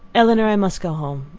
elinor, i must go home.